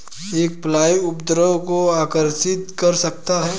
एक फ्लाई उपद्रव को आकर्षित कर सकता है?